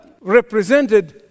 represented